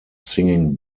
singing